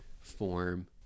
form